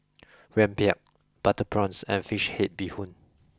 Rempeyek Butter Prawns and Fish Head Bee Hoon